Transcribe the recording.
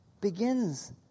Begins